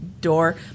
door